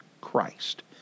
Christ